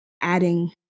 adding